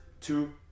two